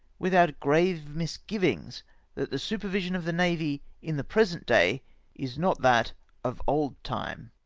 without grave misgivings that the supervision of the navy in the present day is not that of old time.